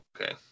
okay